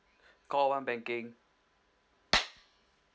call one banking